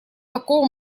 такого